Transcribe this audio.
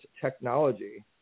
technology